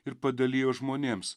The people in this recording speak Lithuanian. ir padalijo žmonėms